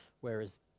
Whereas